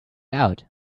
out